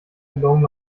gelungen